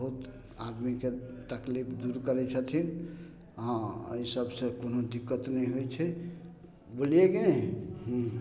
बहुत आदमीके तकलीफ दूर करय छथिन हँ अइ सबसँ कोनो दिक्कत नहि होइ छै बुझलिए की नहि